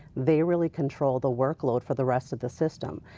they really control the workload for the rest of the system,